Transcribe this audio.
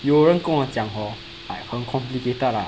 有人跟我讲 hor like 很 complicated lah